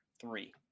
three